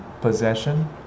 possession